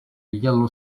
yellow